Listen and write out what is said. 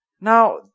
Now